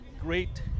great